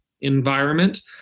environment